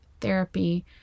therapy